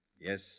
Yes